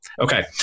Okay